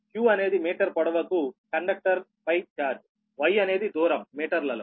q అనేది metre పొడవుకు కండక్టర్పై ఛార్జ్y అనేది దూరం మీటర్లలో